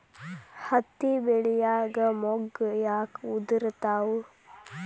ಹತ್ತಿ ಬೆಳಿಯಾಗ ಮೊಗ್ಗು ಯಾಕ್ ಉದುರುತಾವ್?